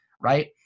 right